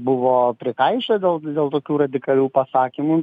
buvo prikaišiojo dėl dėl tokių radikalių pasakymų